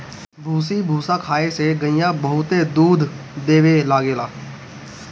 भूसी भूसा खाए से गईया बहुते दूध देवे लागेले